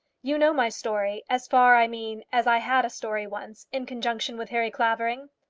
you know my story as far, i mean, as i had a story once, in conjunction with harry clavering?